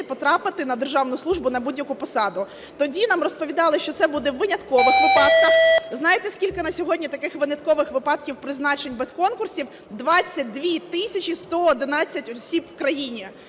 потрапити на державну службу на будь-яку посаду. Тоді нам розповідали, що це буде у виняткових випадках. Знаєте, скільки на сьогодні таких виняткових випадків призначень без конкурсів? 22 тисячі 111 осіб в країні.